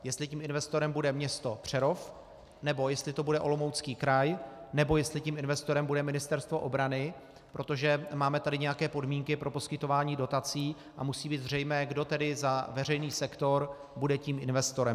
Jestli tím investorem bude město Přerov, nebo jestli to bude Olomoucký kraj, nebo jestli tím investorem bude Ministerstvo obrany, protože máme tady nějaké podmínky pro poskytování dotací a musí být zřejmé, kdo za veřejný sektor bude tím investorem.